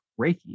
Reiki